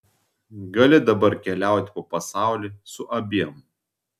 gali dabar keliauti po pasaulį su abiem